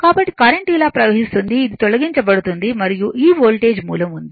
కాబట్టి కరెంట్ ఇలా ప్రవహిస్తుంది ఇది తొలగించబడుతుంది మరియు ఈ వోల్టేజ్ మూలం ఉంది